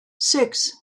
six